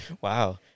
Wow